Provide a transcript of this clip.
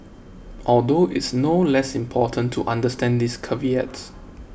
although it's no less important to understand these caveats